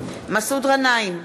מסעוד גנאים,